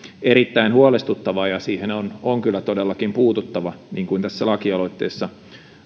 erittäin huolestuttavaa ja siihen on on kyllä todellakin puututtava niin kuin tässä lakialoitteessa